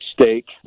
steak